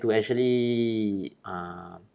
to actually uh